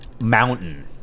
Mountain